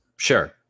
Sure